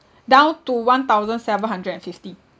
down to one thousand seven hundred and fifty